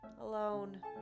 Alone